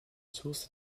sources